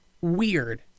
weird